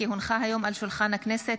כי הונחה היום על שולחן הכנסת,